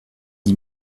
dix